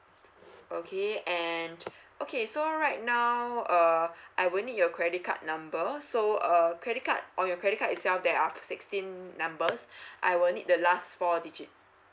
okay and okay so right now uh I will need your credit card number so uh credit card or your credit card itself that are the sixteen numbers I will need the last four digit